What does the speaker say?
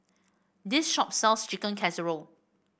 this shop sells Chicken Casserole